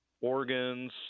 organs